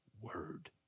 word